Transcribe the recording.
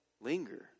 linger